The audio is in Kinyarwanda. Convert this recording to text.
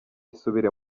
isubire